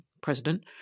President